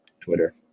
Twitter